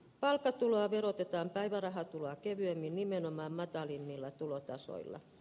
palkkatuloa verotetaan päivärahatuloa kevyemmin nimenomaan matalimmilla tulotasoilla